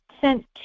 sent